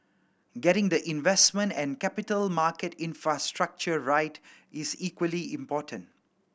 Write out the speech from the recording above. getting the investment and capital market infrastructure right is equally important